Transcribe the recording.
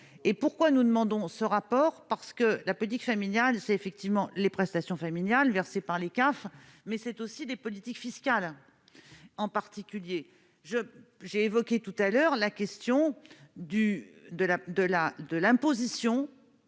et pourquoi nous demandons ce rapport parce que la politique familiale, c'est effectivement les prestations familiales versée par les CAF, mais c'est aussi des politiques fiscales en particulier j'ai évoqué tout à l'heure la question du de